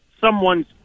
someone's